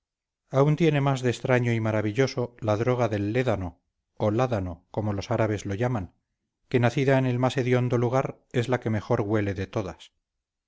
aun tiene más de extraño y maravilloso la droga del lédano o ládano como los árabes lo llaman que nacida en el más hediondo lugar es la que mejor huele de todas